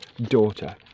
daughter